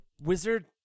wizard